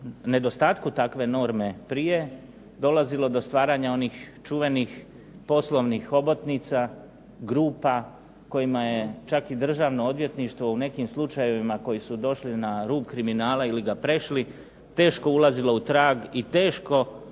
nedostatku takve norme prije, dolazilo do stvaranja onih čuvenih poslovnih hobotnica, grupa kojima je čak i Državno odvjetništvo u nekim slučajevima koji su došli na rub kriminala ili ga prešli, teško ulazilo u trag i teško uopće